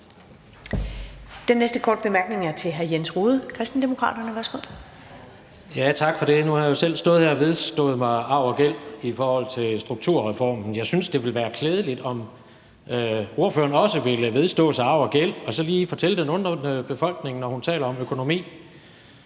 Den næste korte bemærkning er fra hr. Jens Rohde, Kristendemokraterne. Værsgo. Kl. 20:32 Jens Rohde (KD): Tak for det. Nu har jeg jo selv stået her og vedgået arv og gæld i forhold til strukturreformen. Jeg synes, det ville være klædeligt, om ordføreren også ville vedgå arv og gæld og så lige fortælle den undrende befolkning, når hun taler om økonomi,